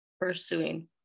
pursuing